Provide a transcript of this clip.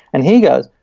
and he goes,